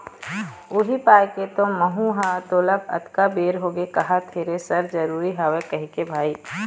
उही पाय के तो महूँ ह तोला अतका बेर होगे कहत थेरेसर जरुरी हवय कहिके भाई